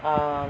um